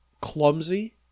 clumsy